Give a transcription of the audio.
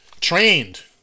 trained